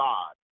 God